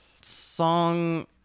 song